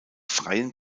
freien